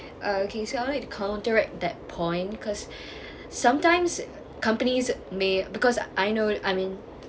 oh okay so I want to counter that point because sometimes companies may because I know I mean